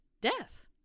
death